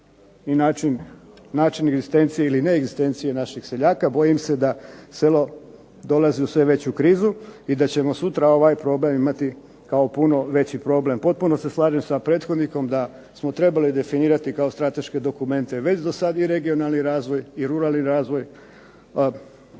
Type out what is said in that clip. i način egzistencije ili neegzistencije naših seljaka. Bojim se da selo dolazi u sve veću krizu i da ćemo sutra ovaj problem imati kao puno veći problem. Potpuno se slažem sa prethodnikom da smo trebali definirati kao strateške dokumente već dosad i regionalni razvoj i ruralni razvoj,